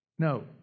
No